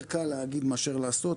יותר קל להגיד מאשר לעשות,